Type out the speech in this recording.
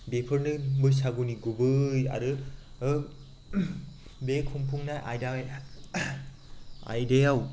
बेफोरनो बैसागुनि गुबै आरो बे खुंफुंनाय आयदा आयदायाव